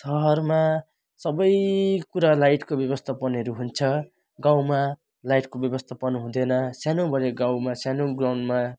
सहरमा सबैकुरा लाइटको व्यवस्थापनहरू हुन्छ गाउँमा लाइटको व्यवस्थापन हुँदैन सानोबडे गाउँमा सानो ग्राउन्डमा